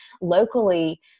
locally